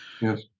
Yes